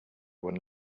one